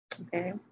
okay